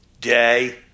day